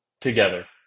together